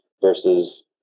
versus